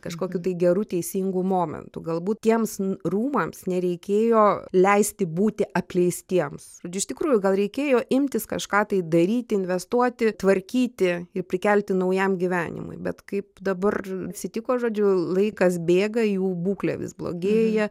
kažkokiu tai geru teisingu momentu galbūt tiems rūmams nereikėjo leisti būti apleistiems iš tikrųjų gal reikėjo imtis kažką tai daryti investuoti tvarkyti ir prikelti naujam gyvenimui bet kaip dabar atsitiko žodžiu laikas bėga jų būklė vis blogėja